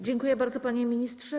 Dziękuję bardzo, panie ministrze.